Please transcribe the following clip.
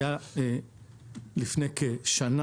היה לפני כשנה,